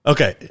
Okay